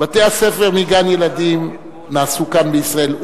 בתי-הספר וגן-ילדים נעשו כאן בישראל.